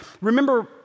Remember